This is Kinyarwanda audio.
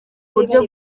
buryo